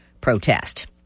protest